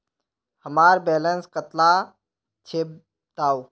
हमार बैलेंस कतला छेबताउ?